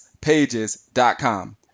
pages.com